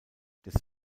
des